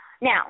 Now